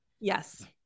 Yes